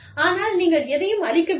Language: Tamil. ஆனால் நீங்கள் எதையும் அழிக்கவில்லை